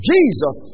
Jesus